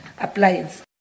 appliance